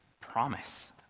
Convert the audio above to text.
promise